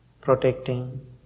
protecting